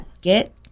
Get